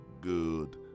good